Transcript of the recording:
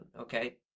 okay